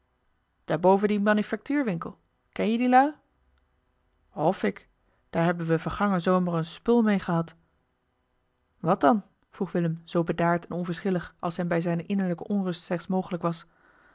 daar boven dien manufactuurwinkel ken je die lui of ik daar hebben we vergangen zomer een spul mee gehad wat dan vroeg willem zoo bedaard en onverschillig als hem bij zijne innerlijke onrust slechts mogelijk was